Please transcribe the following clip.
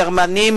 הגרמנים,